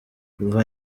kuva